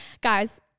guys